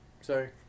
Sorry